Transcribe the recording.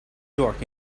york